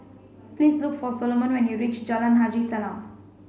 please look for Soloman when you reach Jalan Haji Salam